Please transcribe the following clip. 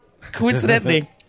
coincidentally